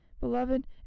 Beloved